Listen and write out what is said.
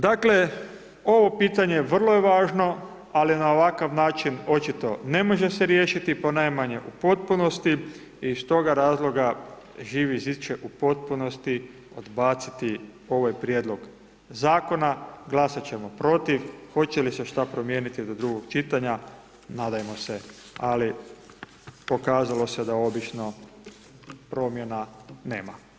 Dakle, ovo pitanje je vrlo važno, ali na ovakav način ne može se riješiti, ponajmanje u potpunosti i iz toga razloga, Živi zid će u potpunosti odbaciti ovaj prijedlog zakona, glasat ćemo protiv, hoće li se što promijeniti do drugog čitanja, nadajmo se, ali pokazalo se da obično promjena nema.